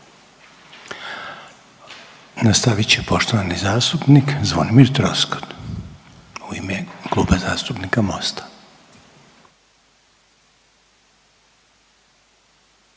Nastavit će poštovani zastupnik Zvonimir Troskot u ime Kluba zastupnika MOST-a.